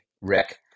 rick